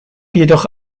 jedoch